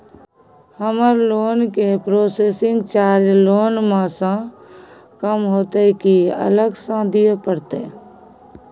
हमर लोन के processing charge loan म स कम होतै की अलग स दिए परतै?